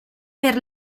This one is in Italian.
per